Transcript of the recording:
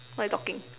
what you talking